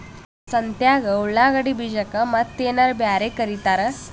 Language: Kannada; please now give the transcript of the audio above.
ಸಂತ್ಯಾಗ ಉಳ್ಳಾಗಡ್ಡಿ ಬೀಜಕ್ಕ ಮತ್ತೇನರ ಬ್ಯಾರೆ ಕರಿತಾರ?